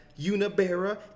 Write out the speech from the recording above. Unibera